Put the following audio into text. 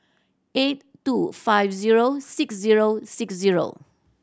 eight two five zero six zero six zero